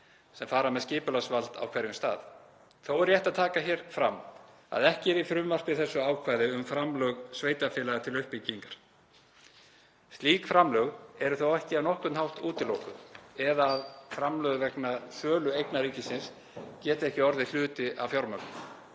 sem fara með skipulagsvald á hverjum stað. Þó er rétt að taka hér fram að ekki er í frumvarpi þessu ákvæði um framlög sveitarfélaga til uppbyggingar. Slík framlög eru þó ekki á nokkurn hátt útilokuð eða að framlög vegna sölu eigna ríkisins geti ekki orðið hluti af fjármögnun